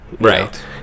Right